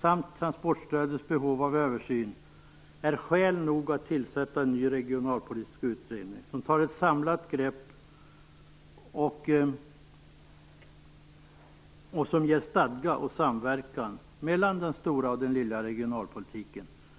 samt transportstödets behov av översyn är skäl nog att tillsätta en ny regionalpolitisk utredning som tar ett samlat grepp och ger stadga och samverkan mellan den "stora" och den "lilla" regionalpolitiken.